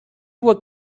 would